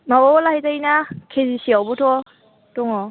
माबायावबो लाहैजायो ना केजिसिआवबोथ' दङ